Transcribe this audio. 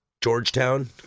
Georgetown